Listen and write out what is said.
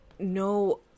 No